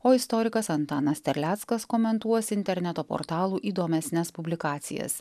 o istorikas antanas terleckas komentuos interneto portalų įdomesnes publikacijas